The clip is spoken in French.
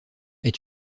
est